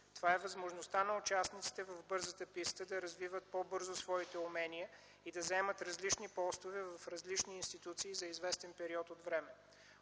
Това е възможността на участниците в бързата писта да развиват по-бързо своите умения и да заемат различни постове в различни институции за известен период от време.